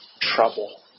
trouble